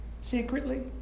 Secretly